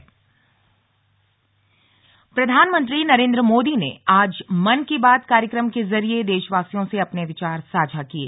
मन की बात प्रधानमंत्री नरेंद्र मोदी ने आज मन की बात कार्यक्रम के जरिए देशवासियों से अपने विचार साझा किये